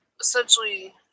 essentially